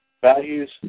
Values